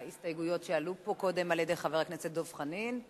ההסתייגויות שהועלו פה קודם על-ידי חבר הכנסת דב חנין,